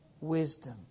wisdom